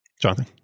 Jonathan